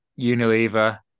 Unilever